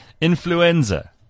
Influenza